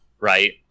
Right